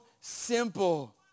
simple